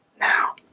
Now